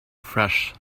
fresh